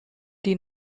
die